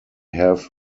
have